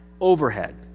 overhead